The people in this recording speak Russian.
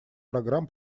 программ